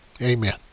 amen